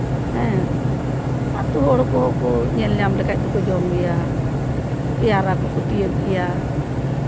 ᱦᱮᱸ ᱟᱹᱛᱩ ᱦᱚᱲ ᱠᱚᱦᱚᱸ ᱠᱚ ᱧᱮᱞ ᱧᱟᱢ ᱞᱮᱠᱷᱟᱱ ᱫᱚᱠᱚ ᱡᱚᱢ ᱜᱮᱭᱟ ᱯᱮᱭᱟᱨᱟ ᱠᱚᱠᱚ ᱛᱤᱭᱳᱜ ᱜᱮᱭᱟ